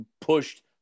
pushed